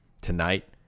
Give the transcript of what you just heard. Tonight